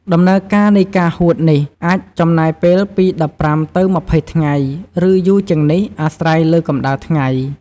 ដំណើរការនៃការហួតនេះអាចចំណាយពេលពី ១៥ ទៅ ២០ ថ្ងៃ ឬយូរជាងនេះ អាស្រ័យលើកម្ដៅថ្ងៃ។